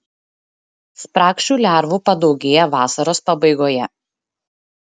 spragšių lervų padaugėja vasaros pabaigoje